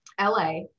LA